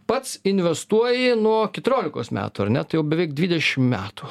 pats investuoji nuo keturiolikos metų ar net jau beveik dvidešimt metų